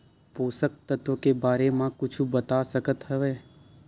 पोषक तत्व के बारे मा कुछु बता सकत हवय?